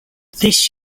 this